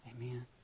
Amen